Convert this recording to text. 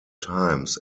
times